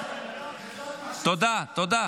תודה, תודה.